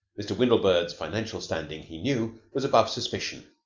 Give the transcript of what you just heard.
mr. windlebird's financial standing, he knew, was above suspicion.